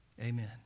Amen